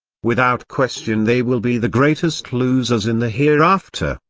without question they will be the greatest losers in the hereafter.